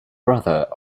brother